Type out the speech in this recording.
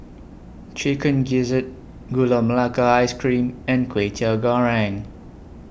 Chicken Gizzard Gula Melaka Ice Cream and Kway Teow Goreng